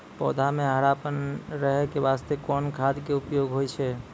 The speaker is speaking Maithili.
पौधा म हरापन रहै के बास्ते कोन खाद के उपयोग होय छै?